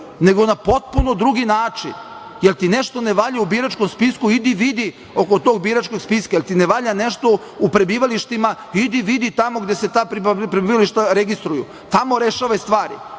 nego na potpuno drugi način, jer ti nešto ne valja u biračkom spisku, idi i vidi oko tog biračkog spiska, jer ti ne valja nešto u prebivalištima, idi vidi tamo gde se ta prebivališta registruju, tamo rešavaj stvari,